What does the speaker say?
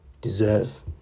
deserve